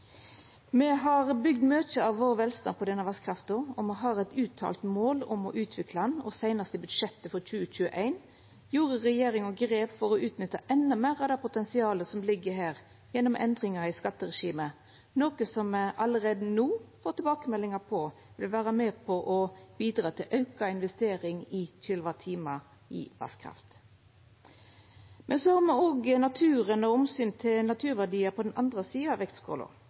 Me har bygd mykje av vår velstand på denne vasskrafta, og me har eit uttalt mål om å utvikla denne, og seinast i budsjettet for 2021 tok regjeringa grep for å utnytta endå meir av det potensialet som ligg her gjennom endringar i skatteregimet, noko som me allereie no får tilbakemeldingar om vil vera med på å bidra til auka investering i kWh i vasskraft. Men så har me naturen og omsynet til naturverdiar på den andre sida av vektskåla,